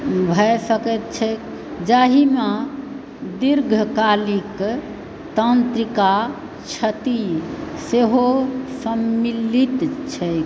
भए सकैत छैक जाहिमऽ दीर्घकालिक तन्त्रिका क्षति सेहो सम्मिल्लित छैक